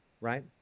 right